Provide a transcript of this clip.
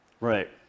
right